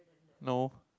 no